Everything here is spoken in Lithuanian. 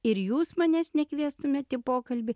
ir jūs manęs nekviestumėt į pokalbį